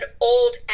old